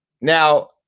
Now